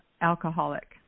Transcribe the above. alcoholic